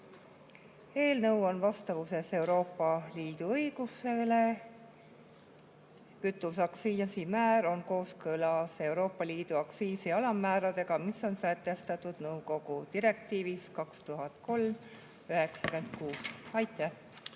Eelnõu on vastavuses Euroopa Liidu õigusega. Kütuse aktsiisimäär on kooskõlas Euroopa Liidu aktsiisi alammääradega, mis on sätestatud nõukogu direktiivis 2003/96/[EÜ]. Aitäh!